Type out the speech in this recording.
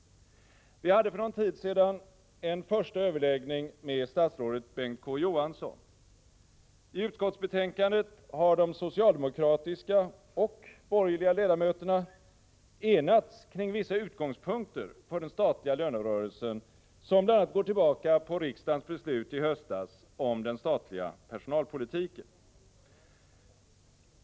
Vi hade för någon tid sedan en första överläggning med statsrådet Bengt K. Å. Johansson. I utskottsbetänkandet har de socialdemokratiska och borgerliga ledamöterna enats kring vissa utgångspunkter för den statliga lönerörelsen, som bl.a. går tillbaka på riksdagens beslut i höstas om den statliga personalpolitiken.